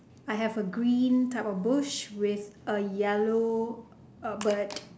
I have a green type of bush with a yellow a bird